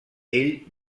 ell